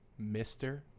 Mr